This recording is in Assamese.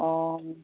অঁ